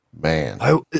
Man